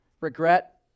regret